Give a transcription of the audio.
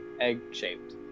Egg-shaped